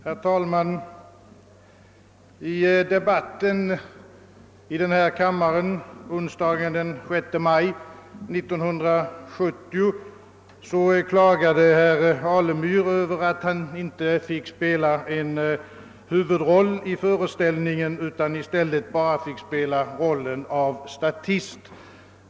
Herr talman! I debatten i denna kammare onsdagen den 6 maj 1970 klagade herr Alemyr över att han inte fick spela en huvudroll i föreställningen utan i stället bara fick vara en statist.